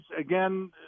again